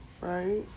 Right